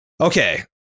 Okay